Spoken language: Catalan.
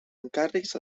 encàrrecs